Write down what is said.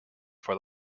for